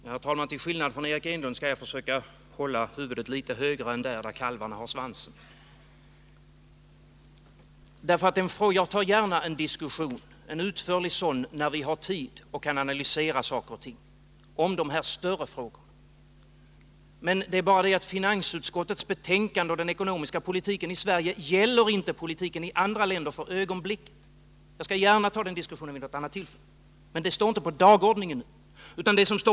Herr talman! Till skillnad från Eric Enlund skall jag försöka hålla huvudet litet högre än där kalvarna har svansen. Jag tar gärna en utförlig diskussion om de här större frågorna när vi har tid och kan analysera saker och ting. Men det är bara det att finansutskottets betänkande och den ekonomiska politiken i Sverige för ögonblicket inte gäller politiken i andra länder. Jag skall som sagt gärna ta den diskussionen vid något annat tillfälle, men den står nu inte på dagordningen.